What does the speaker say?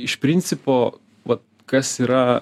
iš principo va kas yra